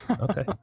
Okay